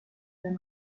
them